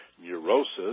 neurosis